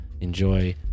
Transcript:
enjoy